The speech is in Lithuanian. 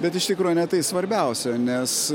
bet iš tikro ne tai svarbiausia nes